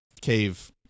cave